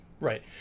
Right